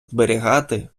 зберігати